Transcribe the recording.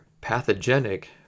pathogenic